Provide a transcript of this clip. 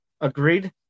Agreed